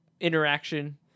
interaction